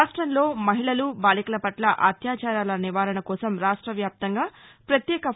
రాష్టంలో మహిళలు బాలికల పట్ల అత్యాచారాలు నివారణ కోసం రాష్ట వ్యాప్తంగా పత్యేక న్